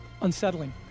unsettling